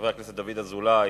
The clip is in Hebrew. חברי חבר הכנסת דוד אזולאי,